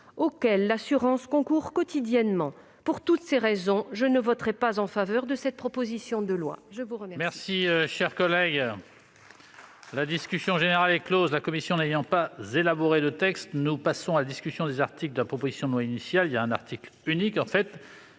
auquel l'assurance concourt quotidiennement. Pour toutes ces raisons, je ne voterai pas la proposition de loi.